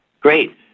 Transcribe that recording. Great